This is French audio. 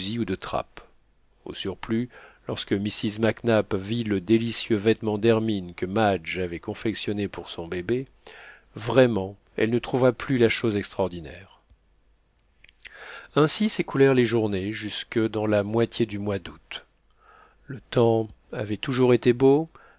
ou de trappe au surplus lorsque mrs mac nap vit le délicieux vêtement d'hermine que madge avait confectionné pour son bébé vraiment elle ne trouva plus la chose extraordinaire ainsi s'écoulèrent les journées jusque dans la moitié du mois d'août le temps avait toujours été beau